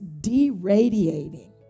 deradiating